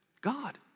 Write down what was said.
God